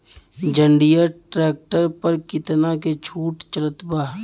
जंडियर tractor पर कितना के छूट चलत बा?